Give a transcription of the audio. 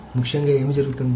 ముఖ్యంగా ఏమి జరుగుతుంది